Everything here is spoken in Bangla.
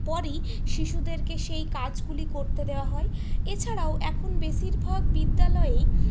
পরই শিশুদেরকে সেই কাজগুলি করতে দেওয়া হয় এছাড়াও এখন বেশিরভাগ বিদ্যালয়েই